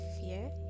fear